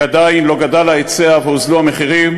כי עדיין לא גדל ההיצע והוזלו המחירים,